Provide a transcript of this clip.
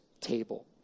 table